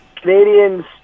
Canadians